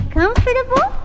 comfortable